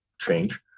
change